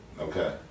Okay